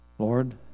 Lord